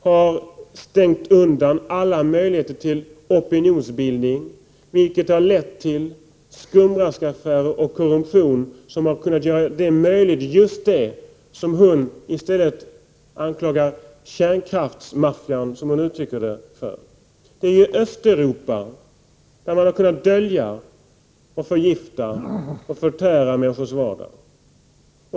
Det har förhindrats alla möjligheter till opinionsbildning, vilket har lett till skumraskaffärer och korruption, som har gjort just det möjligt som hon anklagar ”kärnkraftsmaffian” för. Det är ju i Östeuropa som man har kunnat dölja att man förgiftar människors vardag.